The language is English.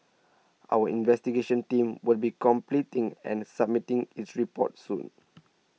our investigation team will be completing and submitting its report soon